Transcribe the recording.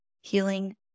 healing